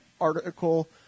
article